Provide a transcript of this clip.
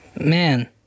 Man